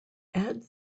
add